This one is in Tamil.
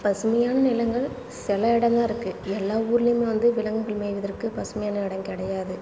பசுமையான நிலங்கள் சில இடம் தான் இருக்கு எல்லா ஊர்லையுமே வந்து விலங்குகள் மேய்வதற்கு பசுமையான இடம் கிடையாது